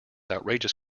outrageous